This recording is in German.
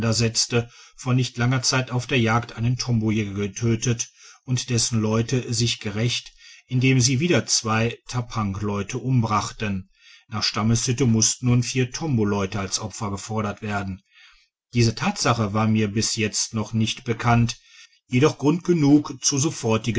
vor nicht langer zeit auf der jagd einen tombojäger getötet und dessen leute sich gerächt indem sie wieder zwei tappangleute umbrachten nach stammessitte mussten nun vier ton leute als opfer gefordert werden diese tatsache war mir bis jetzt noch nicht bekannt jedoch grund genug